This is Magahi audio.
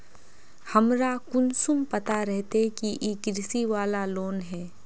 हमरा कुंसम पता रहते की इ कृषि वाला लोन है?